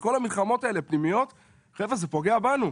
וכל המלחמות הפנימיות האלה, חבר'ה, זה פוגע בנו.